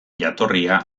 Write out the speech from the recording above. jatorria